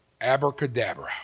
abracadabra